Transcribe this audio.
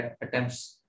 attempts